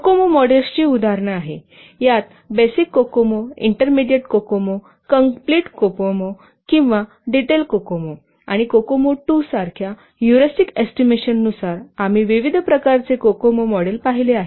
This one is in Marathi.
कोकोमो मॉडेलची उदाहरणे आहेत या basic COCOMO intermediate COCOMO complete COCOMO किंवा डिटेल कोकोमो आणि कोकोमो २ सारख्या हयूरिस्टिक एस्टिमेशन नुसार आम्ही विविध प्रकारचे कोकोमो मॉडेल पाहिले आहेत